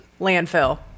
Landfill